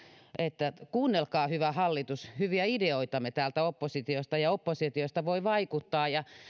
että kuunnelkaa hyvä hallitus hyviä ideoitamme täältä oppositiosta ja että oppositiosta voi vaikuttaa